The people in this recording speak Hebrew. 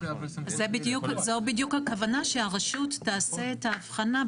זו בדיוק הכוונה, שהרשות תעשה את ההבחנה.